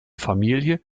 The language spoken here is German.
familie